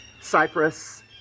Cyprus